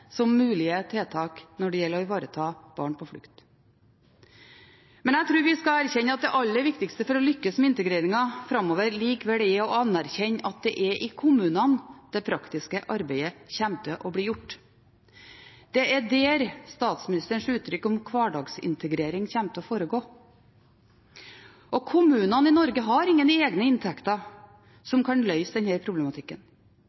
som mulige tiltak når det gjelder å ivareta barn på flukt. Men jeg tror vi skal erkjenne at det aller viktigste for å lykkes med integreringen framover likevel er å anerkjenne at det er i kommunene det praktiske arbeidet kommer til å bli gjort. Det er der statsministerens uttrykk om «hverdagsintegrering» kommer til å foregå. Kommunene i Norge har ingen egne inntekter